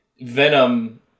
Venom